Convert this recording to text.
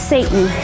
Satan